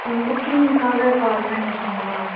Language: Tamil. ஆ புக்கிங்காக கால் பண்ணியிருக்கீங்களா